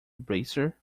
bracer